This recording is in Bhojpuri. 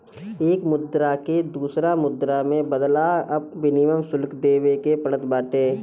एक मुद्रा के दूसरा मुद्रा में बदलला पअ विनिमय शुल्क देवे के पड़त बाटे